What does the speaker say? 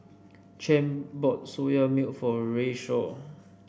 Champ bought Soya Milk for Rayshawn